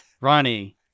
Ronnie